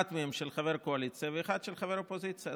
אחד מהם של חבר קואליציה ואחד של חבר אופוזיציה.